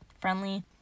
friendly